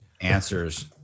answers